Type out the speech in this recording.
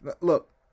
Look